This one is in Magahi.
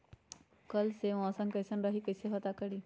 कल के मौसम कैसन रही कई से पता करी?